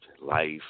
life